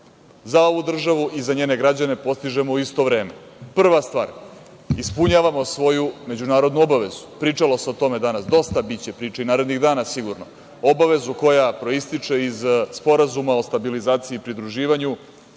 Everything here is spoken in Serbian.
za ovu državu i za njene građane postižemo u isto vreme. Prva stvar, ispunjavamo svoju međunarodnu obavezu, a pričalo se o tome danas dosta, a biće priče i narednih dana, sigurno, obavezu koja proističe iz sporazuma o stabilizaciji i pridruživanju